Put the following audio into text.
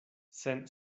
sen